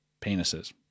penises